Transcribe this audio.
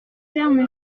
termes